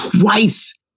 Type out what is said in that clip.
Twice